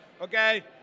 okay